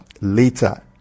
later